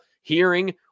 hearing